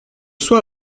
soit